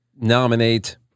nominate